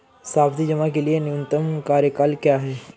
सावधि जमा के लिए न्यूनतम कार्यकाल क्या है?